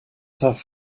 have